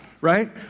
right